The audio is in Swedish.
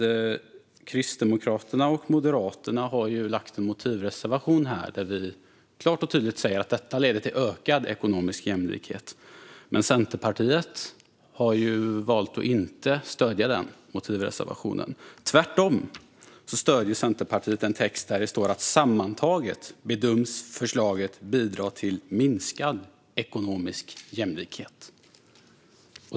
Kristdemokraterna och Moderaterna har ju lämnat en motivreservation där vi klart och tydligt säger att detta leder till ökad ekonomisk jämlikhet. Men Centerpartiet har valt att inte stödja den motivreservationen. Tvärtom stöder Centerpartiet en text där det står att förslaget sammantaget bedöms bidra till minskad ekonomisk jämlikhet.